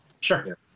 Sure